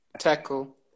tackle